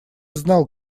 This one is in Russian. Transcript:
знал